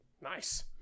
Nice